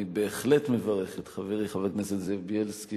אני בהחלט מברך את חברי חבר הכנסת בילסקי